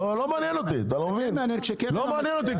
לא, כן מעניין --- לא מעניין אותי.